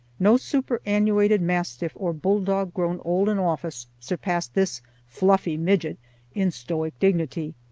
no superannuated mastiff or bulldog grown old in office surpassed this fluffy midget in stoic dignity.